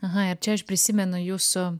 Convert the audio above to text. aha ir čia aš prisimenu jūsų